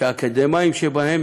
שהאקדמאים שבהם,